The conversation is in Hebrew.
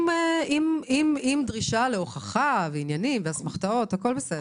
עם דרישה להוכחה ועניינים ואסמכתאות, הכול בסדר.